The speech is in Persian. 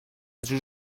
جور